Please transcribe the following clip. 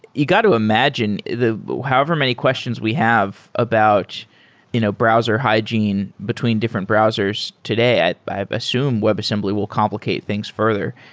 you got to imagine, however many questions we have about you know browser hygiene between different browsers today. i i assume webassembly will complicate things further.